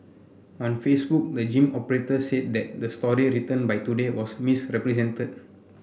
on Facebook the gym operator said that the story written by Today was misrepresented